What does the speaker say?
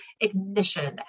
ignition